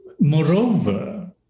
Moreover